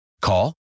Call